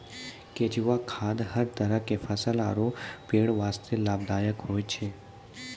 केंचुआ खाद हर तरह के फसल आरो पेड़ वास्तॅ लाभदायक होय छै